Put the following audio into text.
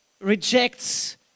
rejects